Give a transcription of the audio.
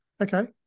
Okay